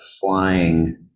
flying